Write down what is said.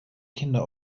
kinder